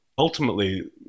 Ultimately